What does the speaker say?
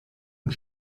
und